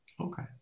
Okay